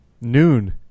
Noon